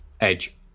Edge